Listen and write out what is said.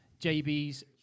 JB's